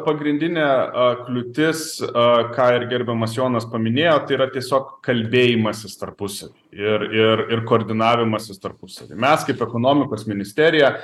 pagrindinė a kliūtis a ką ir gerbiamas jonas paminėjo tai yra tiesiog kalbėjimasis tarpusavy ir ir ir koordinavimasis tarpusavy mes kaip ekonomikos ministerija